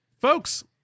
folks